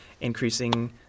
increasing